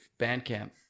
Bandcamp